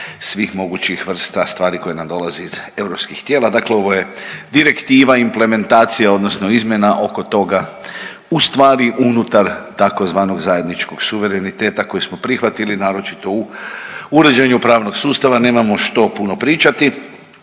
svih mogućih vrsta stvari koje nam dolaze iz europskih tijela, dakle ovo je direktiva, implementacija odnosno izmjena oko toga ustvari unutar tzv. zajedničkog suvereniteta koji smo prihvatili, naročito u uređenju pravnog sustava, nemamo što puno pričati.